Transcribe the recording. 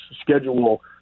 schedule